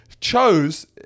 chose